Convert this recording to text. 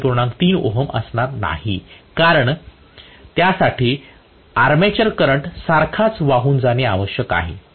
3 ohm असणार नाही कारण त्यासाठी आर्मेचर करंट सारखाच वाहून जाणे आवश्यक असेल